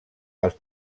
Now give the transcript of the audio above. els